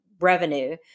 revenue